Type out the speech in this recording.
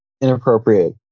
Inappropriate